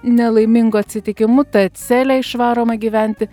nelaimingu atsitikimu tad selė išvaroma gyventi